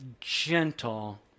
gentle